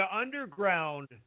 Underground